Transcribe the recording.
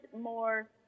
more